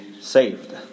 saved